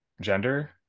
gender